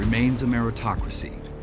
remains a meritocracy,